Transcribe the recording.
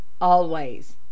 Always